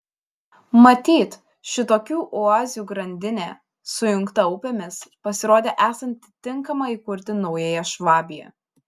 matyt šitokių oazių grandinė sujungta upėmis pasirodė esanti tinkama įkurti naująją švabiją